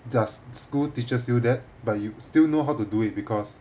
does school teaches you that but you still know how to do it because